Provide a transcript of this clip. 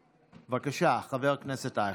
בבקשה, חבר הכנסת אייכלר.